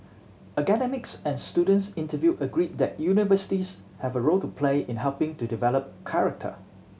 academics and students interviewed agreed that universities have a role to play in helping to develop character